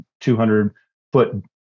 200-foot